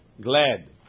glad